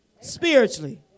spiritually